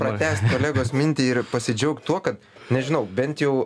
pratęst kolegos mintį ir pasidžiaugt tuo kad nežinau bent jau